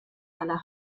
aller